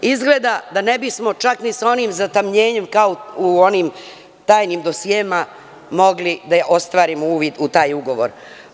Izgleda da ne bismo čak ni sa onim zatamnjenjem, kao u onim tajnim dosijeima, mogli da ostvarimo uvid u taj ugovor.